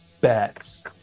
Bets